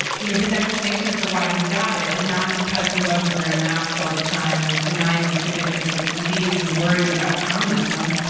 you know, his explanation for why he got it is not because he wasn't wearing masks all the time and was denying the significance of the disease and worried about communism.